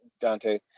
dante